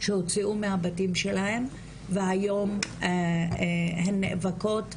שהוצאו מהבתים שלן והיום הן נאבקות,